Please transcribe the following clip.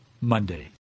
Monday